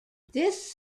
this